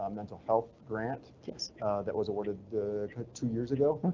um mental health grant that was awarded the two years ago,